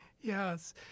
Yes